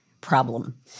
problem